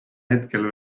hetkel